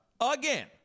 again